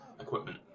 equipment